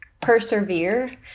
persevere